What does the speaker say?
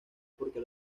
porque